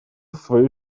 свое